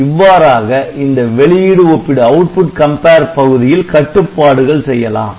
இவ்வாறாக இந்த வெளியிடு ஒப்பிடு பகுதியில் கட்டுப்பாடுகள் செய்யலாம்